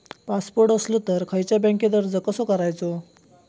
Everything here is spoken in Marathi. पासपोर्ट असलो तर खयच्या बँकेत अर्ज कसो करायचो?